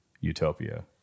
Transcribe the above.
utopia